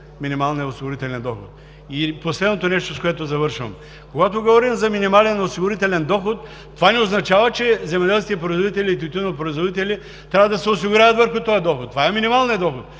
минималния осигурителен доход. И последното нещо, с което завършвам. Когато говорим за минимален осигурителен доход, това не означава, че земеделските производители и тютюнопроизводители трябва да се осигуряват върху този доход. Това е минималният доход.